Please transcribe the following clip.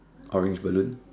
orange balloon